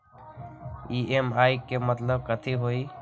EMI के मतलब कथी होई?